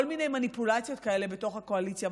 כל מיני מניפולציות כאלה בתוך הקואליציה,